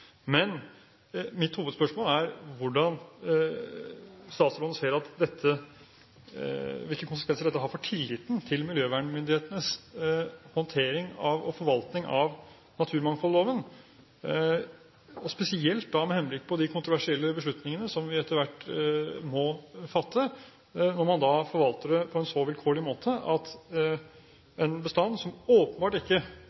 Men mitt hovedspørsmål er: Ser statsråden hvilke konsekvenser dette har for tilliten til miljøvernmyndighetenes håndtering av og forvaltning av naturmangfoldloven, spesielt med henblikk på de kontroversielle beslutningene som vi etter hvert må fatte, når man forvalter det på en så vilkårlig måte at